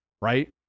right